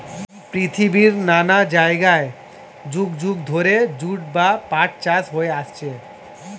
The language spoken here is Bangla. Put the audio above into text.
পৃথিবীর নানা জায়গায় যুগ যুগ ধরে জুট বা পাট চাষ হয়ে আসছে